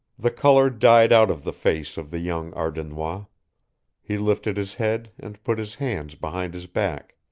the color died out of the face of the young ardennois he lifted his head and put his hands behind his back.